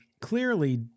clearly